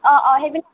অঁ অঁ সেইবিলাক